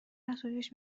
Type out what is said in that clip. حسودیش